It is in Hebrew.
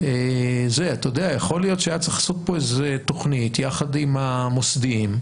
יכול להיות שהיה צריך לעשות פה תכנית יחד עם המוסדיים,